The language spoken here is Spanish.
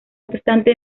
obstante